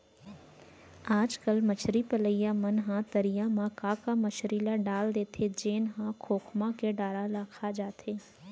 आजकल मछरी पलइया मन ह तरिया म का का मछरी ल डाल देथे जेन ह खोखमा के डारा ल खा जाथे